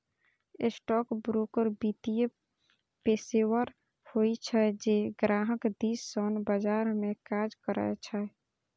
stockbroker वित्तीय पेशेवर होइ छै, जे ग्राहक दिस सं बाजार मे काज करै छै